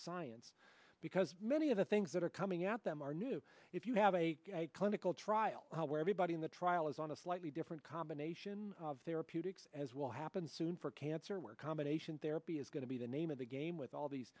science because many of the things that are coming at them are new if you have a clinical trial where everybody in the trial is on a slightly different combination of their puter as will happen soon for cancer work combination therapy is going to be the name of the game with all these